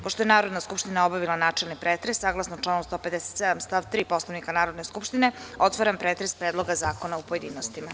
Pošto je Narodna skupština obavila načelni pretres, saglasno članu 157. stav 3. Poslovnika Narodne skupštine, otvara pretres Predloga zakona u pojedinostima.